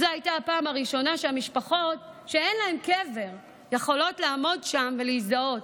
זו הייתה הפעם הראשונה שהמשפחות שאין להן קבר יכולות לעמוד שם ולהזדהות.